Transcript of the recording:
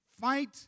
Fight